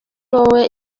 wowe